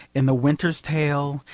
in the winter's tale,